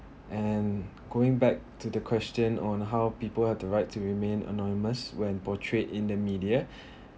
and going back to the question on how people have the rights to remain anonymous when portrait in the media